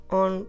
on